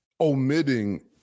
omitting